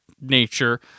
nature